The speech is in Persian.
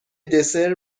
دسر